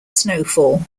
snowfall